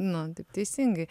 nu taip teisingai